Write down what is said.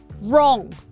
wrong